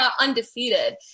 undefeated